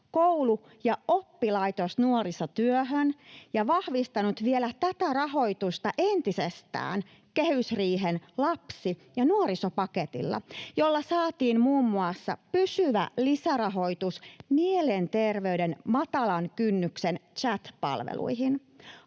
koulu- ja oppilaitosnuorisotyöhön ja vahvistanut vielä tätä rahoitusta entisestään kehysriihen lapsi- ja nuorisopaketilla, jolla saatiin muun muassa pysyvä lisärahoitus mielenterveyden matalan kynnyksen chat-palveluihin.